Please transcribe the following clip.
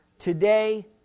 Today